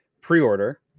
pre-order